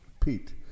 Pete